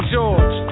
George